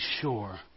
sure